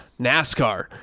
NASCAR